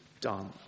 done